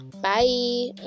Bye